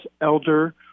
Elder